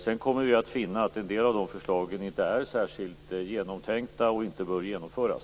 Sedan kommer man att finna att en del av de förslagen inte är särskilt genomtänkta och inte bör genomföras.